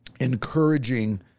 encouraging